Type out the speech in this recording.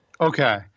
okay